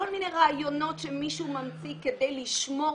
כל מיני רעיונות שמישהו ממציא כדי לשמור